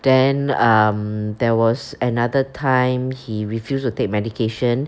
then um there was another time he refused to take medication